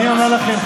אני אומר לכם,